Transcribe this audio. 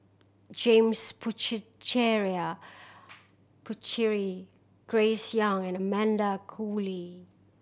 James Puthucheary Grace Young and Amanda Koe Lee